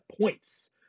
points